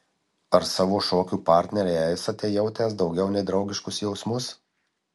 ar savo šokių partnerei esate jautęs daugiau nei draugiškus jausmus